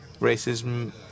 racism